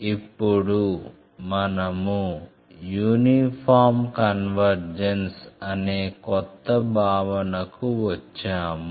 ఇప్పుడు మనము uniform convergence అనే కొత్త భావనకు వచ్చాము